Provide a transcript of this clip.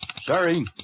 Sorry